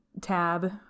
tab